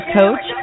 coach